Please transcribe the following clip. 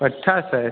अच्छा सर